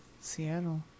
Seattle